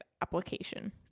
application